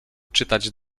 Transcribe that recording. czytać